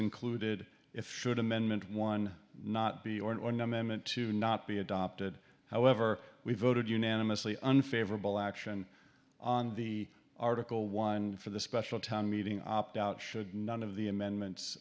included if should amendment one not be or an ornament to not be adopted however we voted unanimously unfavorable action on the article one for the special town meeting opt out should none of the amendments